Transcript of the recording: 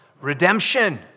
redemption